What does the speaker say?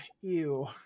Ew